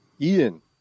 Ian